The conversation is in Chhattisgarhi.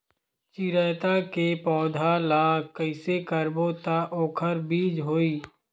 चिरैता के पौधा ल कइसे करबो त ओखर बीज होई?